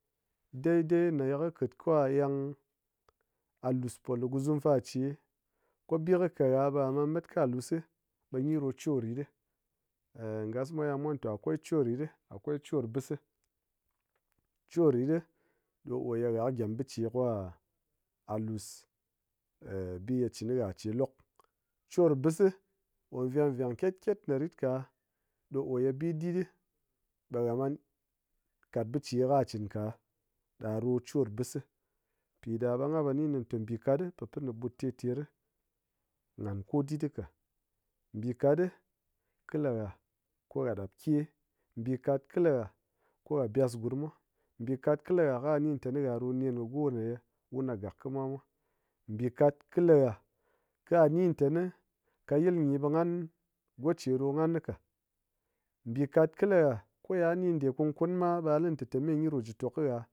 Daidai ko nen ye ka eng- ha lus poluguzum fa che ko bi kɨ katha ɓe ha man mat ka lus si ɓe gyi ɗo chor ritɗi, ngas mwa ya mwa to'a akwai chor ritɗi akwai chor bis si, chor rit ɗo ki ya ɓa ha kɨ gyem biche ko ha lus bi ye chin khi ha che lok. Chor bis si o veng veng kyet kyet na ritka ɗo ye bi dit ɗi ɓe ha man kat biche ka chin ka̱ ɗa ɗo chor bis si piɗa ɓe nghan po ni kɨni te bikat po pin kɨ ɓut ter ter nghan ko ditɗi ka, bi katɗi kɨ laha ko ha ɗapke. bikat kɨ laha ko ha byes gurm mwa, mbikat kɨ laha ka̱ni tani ha ɗo nen kɨ go n ye wun kɨgak kɨmwa mwa mbikat kɨ la ha ka̱ ni tani ka yilgyi ɓe nghan goche ɗo nghan ka, mbikat kɨ laha ko ye ha ni nde kun kun ma ɓe ha lite gyi ɗo ji kɨ tok khi ha